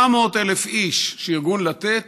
700,000 איש שארגון לתת